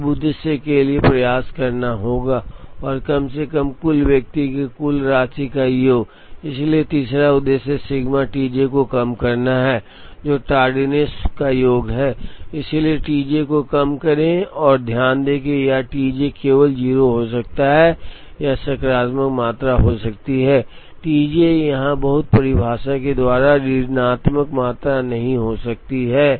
तो अब उद्देश्य के लिए प्रयास करना होगा और कम से कम कुल व्यक्ति की कुल राशि का योग इसलिए तीसरा उद्देश्य सिग्मा टी जे को कम करना है जो tardiness का योग है इसलिए T j को कम करें और ध्यान दें कि यह T j केवल 0 हो सकता है या यह एक सकारात्मक मात्रा हो सकती है T j यहाँ बहुत परिभाषा के द्वारा ऋणात्मक मात्रा नहीं हो सकती है